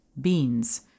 beans